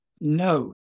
No